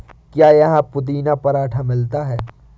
क्या यहाँ पुदीना पराठा मिलता है?